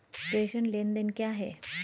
प्रेषण लेनदेन क्या है?